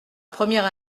première